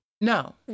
No